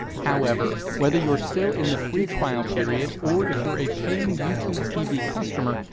however, whether you're still in the free trial period or if you're a paying youtube tv customer,